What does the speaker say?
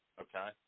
Okay